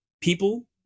people